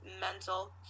mental